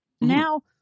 Now